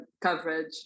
coverage